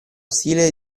stile